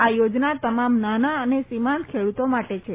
આ યોજના તમામ નાના અને સીમાંત ખેડુતો માટે છે